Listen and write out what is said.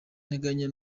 nteganya